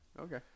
okay